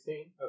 Okay